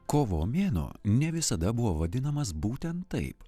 kovo mėnuo ne visada buvo vadinamas būtent taip